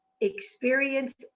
experience